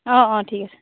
অ' অ' ঠিক আছে